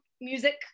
music